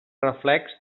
reflex